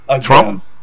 Trump